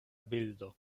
bildo